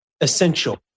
essential